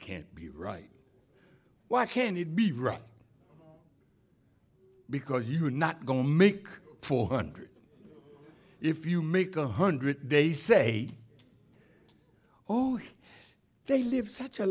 can't be right why can't it be right because you're not going to make four hundred if you make a hundred they say they live such a